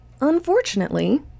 Unfortunately